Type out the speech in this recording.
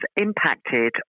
impacted